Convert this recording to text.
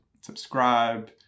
Subscribe